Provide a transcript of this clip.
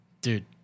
Dude